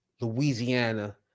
Louisiana